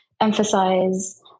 emphasize